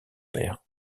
père